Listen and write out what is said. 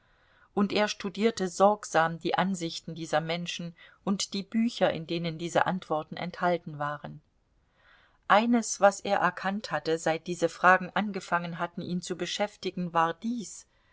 und er studierte sorgsam die ansichten dieser menschen und die bücher in denen diese antworten enthalten waren eines was er erkannt hatte seit diese fragen angefangen hatten ihn zu beschäftigen war dies